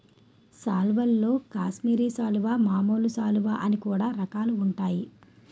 సాల్వల్లో కాశ్మీరి సాలువా, మామూలు సాలువ అని కూడా రకాలుంటాయి